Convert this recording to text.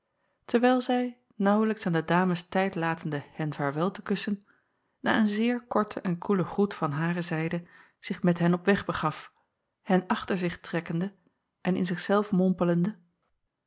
terwijl zij naauwlijks aan de jacob van ennep laasje evenster tijd latende hen vaarwel te kussen na een zeer korten en koelen groet van hare zijde zich met hen op weg begaf hen achter zich trekkende en in